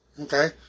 Okay